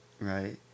right